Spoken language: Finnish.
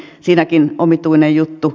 siinäkin omituinen juttu